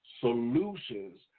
solutions